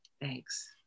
Thanks